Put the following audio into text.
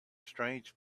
strange